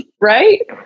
Right